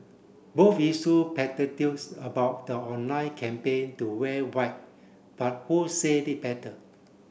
both issue platitudes about the online campaign to wear white but who said it better